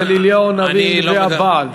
ואצל אליהו הנביא, נביאי הבעל.